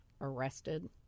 arrested